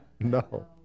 No